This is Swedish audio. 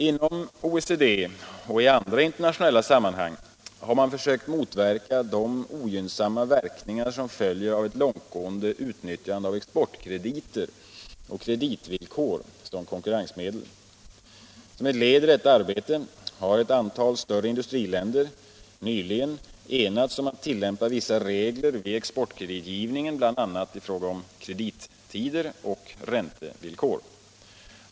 Inom OECD och i andra internationella sammanhang har man sökt motverka de ogynnsamma verkningarna av ett långtgående utnyttjande av exportkrediter och kreditvillkor som konkurrensmedel. Som ett led i detta arbete har ett antal större industriländer nyligen enats om att tillämpa vissa regler vid exportkreditgivningen bl.a. i fråga om kredittider och räntevillkor.